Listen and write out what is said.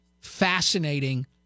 fascinating